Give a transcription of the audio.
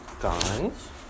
guys